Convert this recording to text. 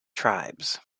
tribes